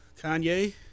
Kanye